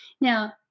now